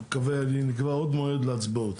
אני מקווה, נקבע עוד מועד להצבעות